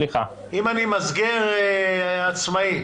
עצמאי